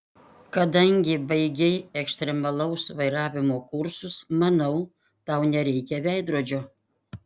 kadangi baigei ekstremalaus vairavimo kursus manau tau nereikia veidrodžio